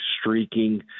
streaking